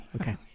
okay